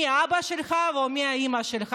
מי האבא שלך או מי האימא שלך.